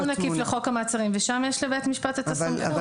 זה תיקון עקיף לחוק המעצרים ושם יש לבית משפט את הסמכות.